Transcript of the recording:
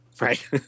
Right